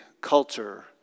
culture